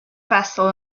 vessel